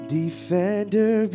defender